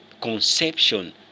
conception